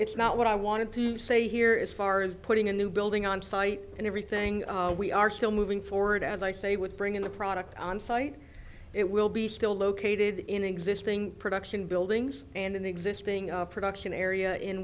it's not what i wanted to say here is far is putting a new building on site and everything we are still moving forward as i say with bring in the product on site it will be still located in existing production buildings and an existing production area in